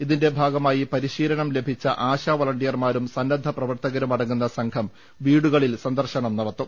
ഇതിന്റെ ഭാഗമായി പരിശീലനം ലഭിച്ച ആശ വളണ്ടിയർമാരും സന്നദ്ധ പ്രവർത്തകരും അടങ്ങുന്ന സംഘം വീടുകളിൽ സന്ദർശനം നടത്തും